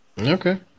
Okay